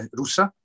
russa